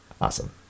awesome